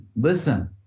Listen